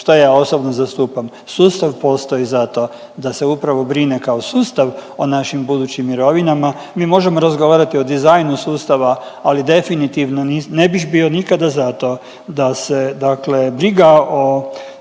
što ja osobno zastupam. Sustav postoji zato da se upravo brine kao sustav o našim budućim mirovinama. Mi možemo razgovarati o dizajnu sustava ali definitivno ne bih bio nikada za to da se dakle briga o